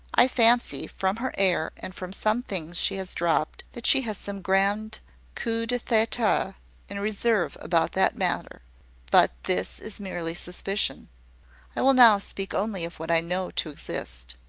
i fancy, from her air, and from some things she has dropped, that she has some grand coup-de-theatre in reserve about that matter but this is merely suspicion i will now speak only of what i know to exist.